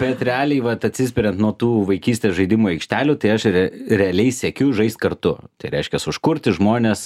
bet realiai vat atsispirian nuo tų vaikystės žaidimų aikštelių tai aš rea realiai siekiu žaist kartu tai reiškias užkurti žmones